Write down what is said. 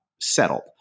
settled